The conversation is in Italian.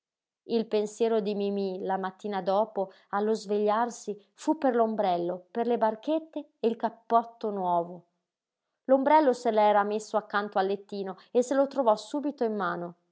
il pensiero di mimí la mattina dopo allo svegliarsi fu per l'ombrello per le barchette e il cappotto nuovo l'ombrello se l'era messo accanto al lettino e se lo trovò subito in mano